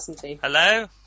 Hello